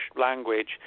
language